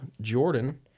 Jordan